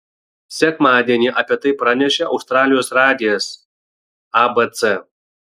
sekmadienį apie tai pranešė australijos radijas abc